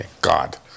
God